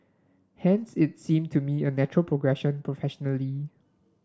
hence it seem to me a natural progression professionally